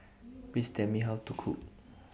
Please Tell Me How to Cook